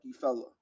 fella